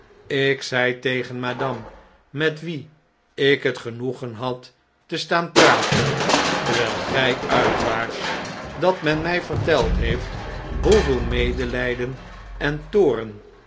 ik zei tegen madame met wie ik net genoegen had te staan praten terwijl gij uit waart dat men mjj verteld heeft hoeveel medelijden en toorn